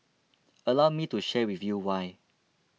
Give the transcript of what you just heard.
allow me to share with you why